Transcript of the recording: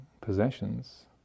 possessions